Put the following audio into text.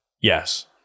Yes